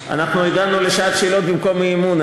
אנחנו הגענו לשעת שאלות במקום אי-אמון,